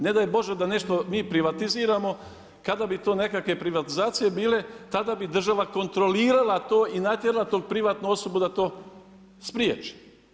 Nedaj Bože da nešto mi privatiziramo kada bi to nekakve privatizacije bile tada bi država kontrolirala to i natjerala tu privatnu osobu da to spriječi.